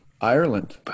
Ireland